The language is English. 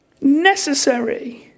necessary